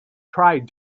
tried